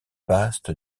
vaste